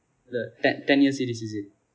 the ten ten years series is it